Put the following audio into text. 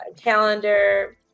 calendar